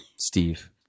steve